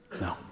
no